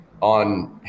on